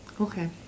Okay